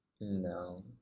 No